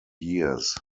years